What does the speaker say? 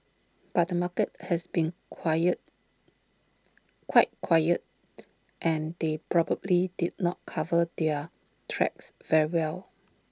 but the market has been quiet quite quiet and they probably did not cover their tracks very well